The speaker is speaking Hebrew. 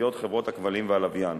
שמציעות חברות הכבלים והלוויין,